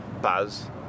buzz